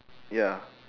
ya